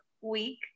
week